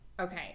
Okay